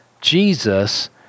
Jesus